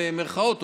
במירכאות,